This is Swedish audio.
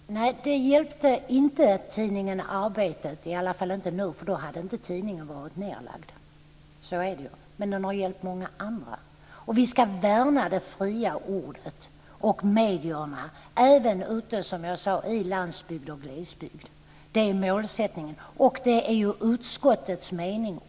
Fru talman! Nej, det hjälpte inte tidningen Arbetet, i alla fall inte nu, för då hade tidningen inte varit nedlagd. Så är det ju. Men stödet har hjälpt många andra. Vi ska värna det fria ordet och medierna även, som jag sade, ute i landsbygd och glesbygd. Det är målsättningen. Och det är även utskottets mening.